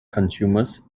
consumers